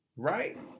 Right